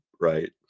right